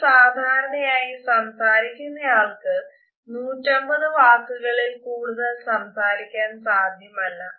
എന്നാൽ സാധാരണയായി സംസാരിക്കുന്നയാൾക്ക് 150 വാക്കുകളിൽ കൂടുതൽ സംസാരിക്കാൻ സാധ്യമല്ല